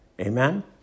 amen